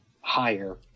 higher